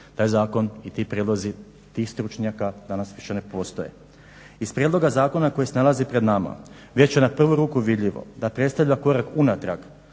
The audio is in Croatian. Taj zakon i ti prijedlozi tih stručnjaka danas više ne postoje. Iz prijedloga zakona koji se nalazi pred nama već je na prvu ruku vidljivo da predstavlja korak unatrag